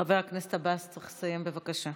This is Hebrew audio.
חבר הכנסת עבאס, צריך לסיים, בבקשה.